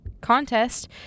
contest